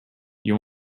you